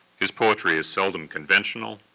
his poetry is seldom conventional,